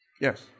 Yes